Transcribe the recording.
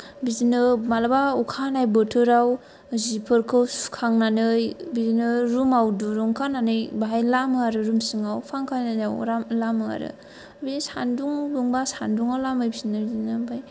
बिदिनो मालाबा अखा हानाय बोथोराव जिफोरखौ सुखांनानै बिदिनो रुमाव दुरुं खानानै बेहाय लामो आरो रुम सिङाव फांखा होनानै रान लामो आरो बे सानदुं दुंबा सानदुंआव लामहैफिनो बिदिनो ओमफ्राय